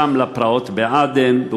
משם לפרעות בעדן,